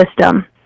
system